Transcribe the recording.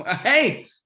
Hey